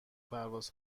پرواز